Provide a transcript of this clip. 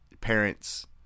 parents